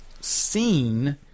seen